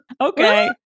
Okay